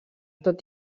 tot